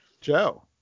Joe